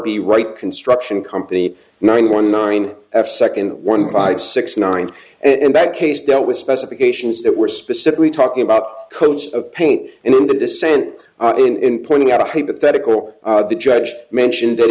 rb right construction company nine one nine f second one five six nine and that case dealt with specifications that were specifically talking about coats of paint and in the descent and pointing out a hypothetical the judge mentioned that